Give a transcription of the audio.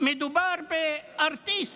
מדובר בארטיסט,